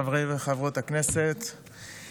חברי וחברות הכנסת,